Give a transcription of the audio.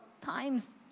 times